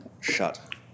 shut